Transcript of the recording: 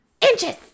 inches